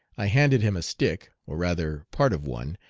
i handed him a stick, or rather part of one,